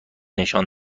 نشان